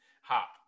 hop